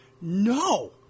No